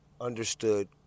understood